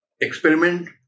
experiment